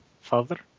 father